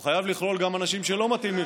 הוא חייב לכלול גם אנשים שלא מתאימים.